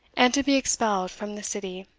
and to be expelled from the city.